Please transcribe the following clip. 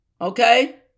okay